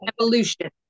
Evolution